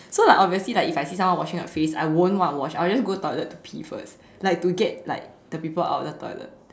so like obviously like if I see someone washing their face I won't want to wash I will just go toilet to pee first like to get like the people out of the toilet